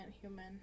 human